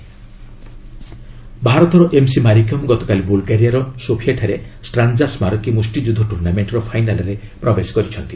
ବକ୍ନିଂ ଭାରତର ଏମ୍ସି ମ୍ୟାରିକମ୍ ଗତକାଲି ବୁଲ୍ଗେରିଆର ସୋଫିଆଠାରେ ଷ୍ଟ୍ରାନ୍ଜା ସ୍କାରକୀ ମୁଷ୍ଟିଯୁଦ୍ଧ ଟୁର୍ଣ୍ଣାମେଣ୍ଟର ଫାଇନାଲ୍ରେ ପ୍ରବେଶ କରିଛନ୍ତି